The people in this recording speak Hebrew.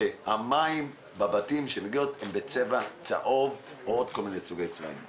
שהמים בבתים הם בצבע צהוב או עוד כל מיני סוגי צבעים,